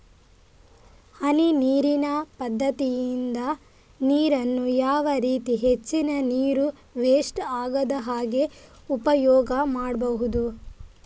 ಹನಿ ನೀರಿನ ಪದ್ಧತಿಯಿಂದ ನೀರಿನ್ನು ಯಾವ ರೀತಿ ಹೆಚ್ಚಿನ ನೀರು ವೆಸ್ಟ್ ಆಗದಾಗೆ ಉಪಯೋಗ ಮಾಡ್ಬಹುದು?